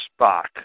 Spock